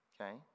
okay